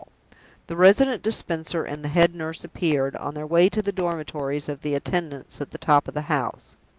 the resident dispenser and the head nurse appeared, on their way to the dormitories of the attendants at the top of the house.